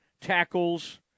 tackles